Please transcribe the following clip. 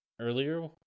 earlier